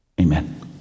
Amen